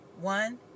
One